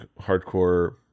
hardcore